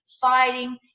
fighting